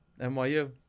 NYU